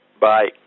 Bye